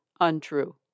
untrue